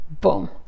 Boom